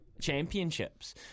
championships